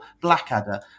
Blackadder